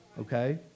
okay